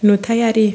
नुथायारि